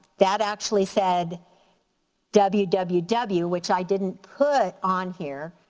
that actually said w w w, which i didn't put on here,